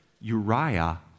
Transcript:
Uriah